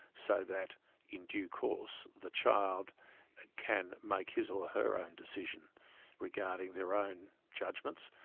so that in due course, the child can make his or her own decision regarding their own judgments,